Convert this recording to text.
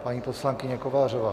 Paní poslankyně Kovářová.